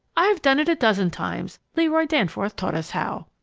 i've done it a dozen times. leroy danforth taught us how.